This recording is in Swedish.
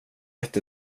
rätt